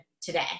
today